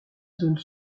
zone